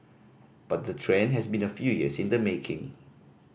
but the trend has been a few years in the making